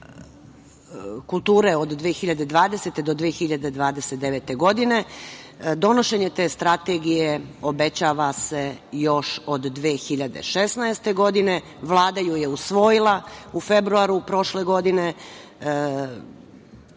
kulture od 2020. do 2029. godine. Donošenje te strategije obećava se još od 2016. godine. Vlada ju je usvojila u februaru prošle godine.